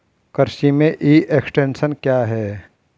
कृषि में e extension क्या है?